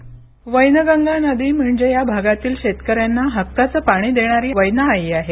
script Wainganga नदी म्हणजे या भागातील शेतकऱ्यांना हक्काचं पाणी देणारी वैनाआई आहे